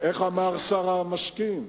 איך אמר שר המשקים?